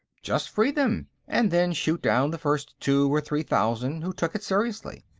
just free them, and then shoot down the first two or three thousand who took it seriously.